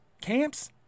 Camps